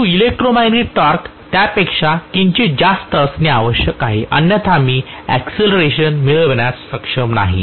परंतु electromagnetic torque त्यापेक्षा किंचित जास्त असणे आवश्यक आहे अन्यथा मी एक्सिलरेशन मिळविण्यास सक्षम नाही